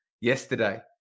yesterday